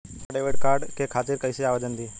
हम नया debit card के खातिर कइसे आवेदन दीं?